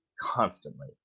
constantly